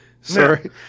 Sorry